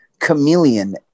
chameleon